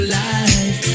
life